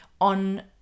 on